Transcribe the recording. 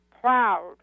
proud